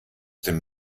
dem